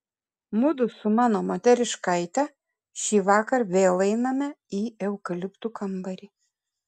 mudu su mano moteriškaite šįvakar vėl einame į eukaliptų kambarį